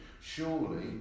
surely